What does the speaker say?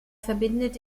verbindet